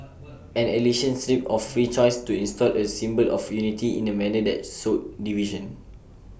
an election stripped of free choice to install A symbol of unity in A manner that sowed division